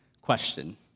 question